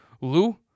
Lou